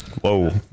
Whoa